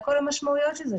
עם כל המשמעויות של זה,